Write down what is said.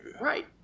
right